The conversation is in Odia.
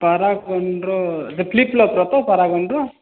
ପାରାଗନର ସେ ଫ୍ଲିପଫ୍ଲପର ତ ପାରାଗନର